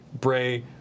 Bray